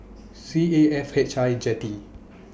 C A F H I Jetty